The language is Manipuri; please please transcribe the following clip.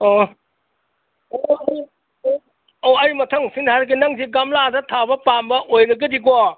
ꯑꯣ ꯑꯣ ꯑꯩ ꯃꯊꯪ ꯁꯤꯠꯅ ꯍꯥꯏꯔꯛꯀꯦ ꯅꯪꯁꯤ ꯒꯝꯂꯥꯗ ꯊꯥꯕ ꯄꯥꯝꯕ ꯑꯣꯏꯔꯒꯗꯤꯀꯣ